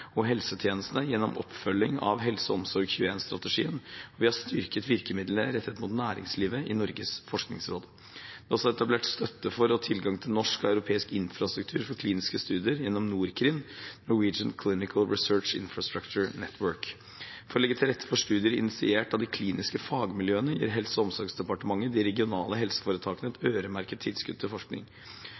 og helsetjenestene gjennom oppfølging av HelseOmsorg21-strategien. Vi har styrket virkemidlene rettet mot næringslivet i Norges forskningsråd. Vi har også etablert støtte for og tilgang til norsk og europeisk infrastruktur for kliniske studier gjennom NorCRIN, Norwegian Clinical Research Infrastructures Network. For å legge til rette for studier initiert av de kliniske fagmiljøene gir Helse- og omsorgsdepartementet de regionale helseforetakene et øremerket tilskudd til forskning.